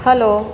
hello